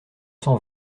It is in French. cent